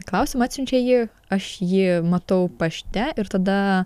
klausimą atsiunčia jį aš jį matau pašte ir tada